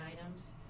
items